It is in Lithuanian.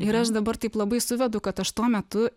ir aš dabar taip labai suvedu kad aš tuo metu